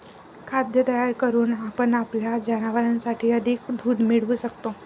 खाद्य तयार करून आपण आपल्या जनावरांसाठी अधिक दूध मिळवू शकतो